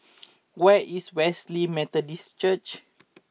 where is Wesley Methodist Church